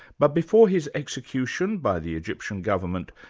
but before his execution by the egyptian government,